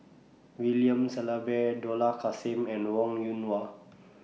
William Shellabear Dollah Kassim and Wong Yoon Wah